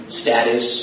status